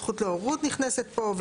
הזכות להורות נכנסת פה.